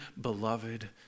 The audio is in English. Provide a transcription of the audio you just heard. beloved